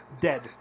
dead